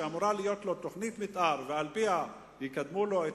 שאמורה להיות לו תוכנית מיתאר ועל-פיה יקדמו לו את